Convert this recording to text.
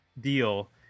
deal